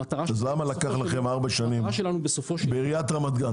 אז למה לקח לכם ארבע שנים בעיריית רמת גן?